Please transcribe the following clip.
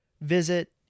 visit